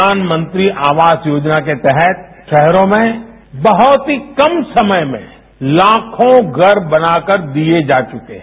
प्रधानमंत्री आवास योजना के तहत शहरों में बहुत ही कम समय में लाखों घर बनाकर दिए जा चुके हैं